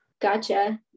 Gotcha